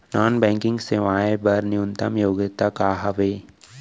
Non banking सेवाएं बर न्यूनतम योग्यता का हावे?